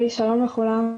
שלום לכולם.